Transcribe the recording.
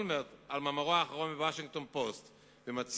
אולמרט על מאמרו האחרון ב"וושינגטון פוסט",